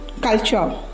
culture